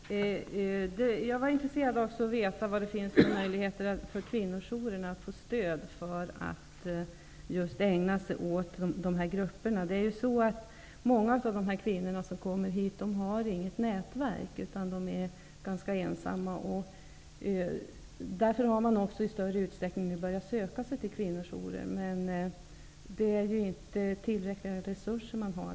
Herr talman! Jag var intresserad av att få veta vilka möjligheter kvinnojourerna har att få stöd för att just ägna sig åt dessa grupper. Många av de kvinnor som kommer hit har inget nätverk, utan de är ganska ensamma. Därför har de nu i större utsträckning börjat söka sig till kvinnojourerna, som dock inte har tillräckliga resurser.